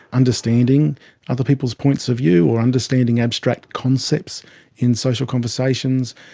understanding other people's points of view, or understanding abstract concepts in social conversations.